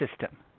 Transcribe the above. system